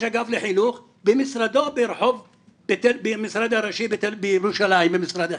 אגף לחינוך במשרד הראשי בירושלים במשרד החינוך,